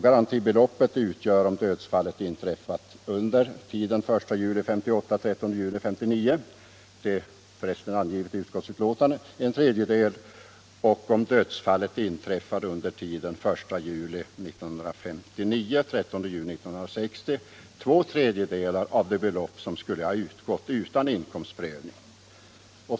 Garantibeloppet utgör, om dödsfallet inträffat under tiden den 1 juli 1958 — den 30 juni 1959, som f. ö. också anges i betänkandet, en tredjedel och, om dödsfallet inträffat under tiden den 1 juli 1959 — den 30 juni 1960, två tredjedelar av det belopp som skulle ha utgått utan inkomstprövning.